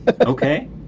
Okay